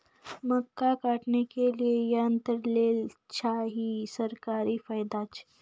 मक्का काटने के लिए यंत्र लेल चाहिए सरकारी फायदा छ?